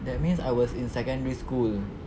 that means I was in secondary school